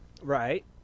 Right